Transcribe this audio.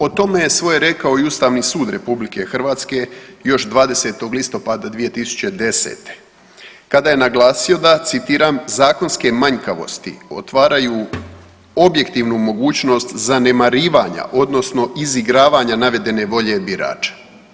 O tome je svoje rekao i Ustavni sud RH još 20. listopada 2010. kada je naglasio da, citiram zakonske manjkavosti otvaraju objektivnu mogućnost zanemarivanja odnosno izigravanja navedene volje birača.